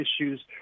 issues